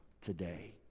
today